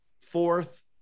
fourth